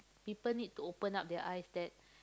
people need to open up their eyes that